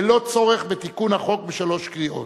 בלא צורך בתיקון החוק בשלוש קריאות.